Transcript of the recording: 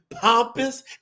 pompous